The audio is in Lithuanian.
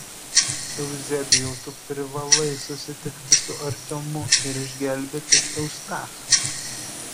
euzebijau tu privalai susitikti su artiomu ir išgelbėti eustachą